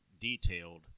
detailed